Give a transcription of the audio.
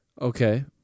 Okay